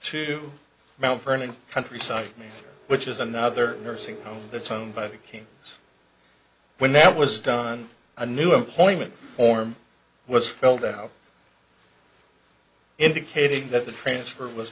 to mount vernon countryside which is another nursing home that's owned by the king so when that was done a new employment form was filled out indicating that the transfer